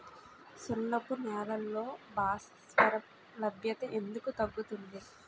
సున్నపు నేలల్లో భాస్వరం లభ్యత ఎందుకు తగ్గుతుంది?